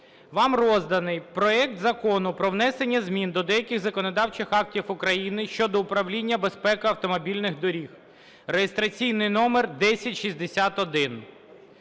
Вам розданий проект Закону про внесення змін до деяких законодавчих актів України щодо управління безпекою автомобільних доріг (реєстраційний номер 1061).